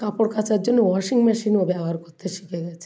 কাপড় কাচার জন্য ওয়াশিং মেশিনও ব্যবহার করতে শিখে গেছে